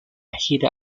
gira